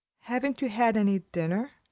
haven't you had any dinner?